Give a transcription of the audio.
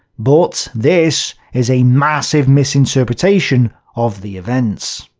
but this is a massive misinterpretation of the events.